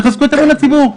תחזקו את אמון הציבור,